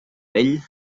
vell